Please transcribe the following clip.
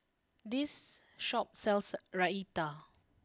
this shop sells Raita